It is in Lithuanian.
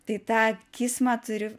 tai tą kismą turi